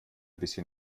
bisschen